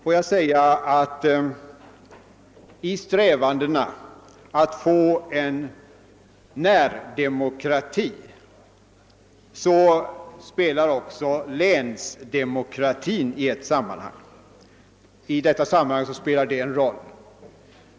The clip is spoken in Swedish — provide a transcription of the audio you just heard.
För strävandena att åstadkomma en närdemokrati spelar också länsdemokratin en roll.